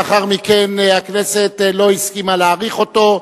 לאחר מכן הכנסת לא הסכימה להאריך אותו,